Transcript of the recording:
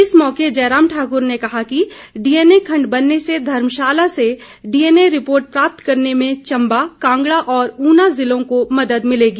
इस मौके जयराम ठाकुर ने कहा कि डीएनए खंड बनने से धर्मशाला से डीएनए रिपोर्ट प्राप्त करने में चंबा कांगड़ा और ऊना ज़िलों को मदद मिलेगी